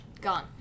gone